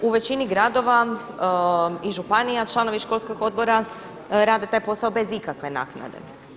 U većini gradova i županija članovi školskog odbora rade taj posao bez ikakve naknade.